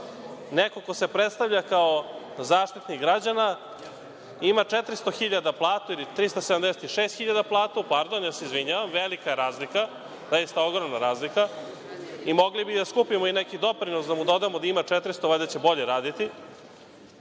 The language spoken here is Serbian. neko ko se predstavlja kao zaštitnik građana ima 400 hiljada platu ili 376 platu, ja se izvinjavam, velika je razlika, zaista ogromna razlika, i mogli bi da skupimo i neki doprinos da mu dodamo da ima 400, valjda će bolje raditi.